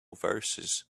verses